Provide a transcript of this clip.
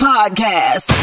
Podcast